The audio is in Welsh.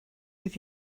bydd